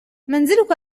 منزلك